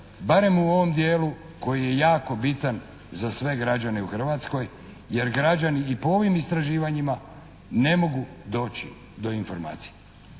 barem u ovom dijelu koji je jako bitan za sve građane u Hrvatskoj jer građani i po ovim istraživanjima ne mogu doći do informacija.